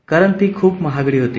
कारण ती खूप महागडी होती